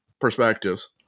perspectives